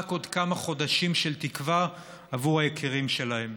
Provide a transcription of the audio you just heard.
רק עוד כמה חודשים של תקווה עבור היקירים שלהם.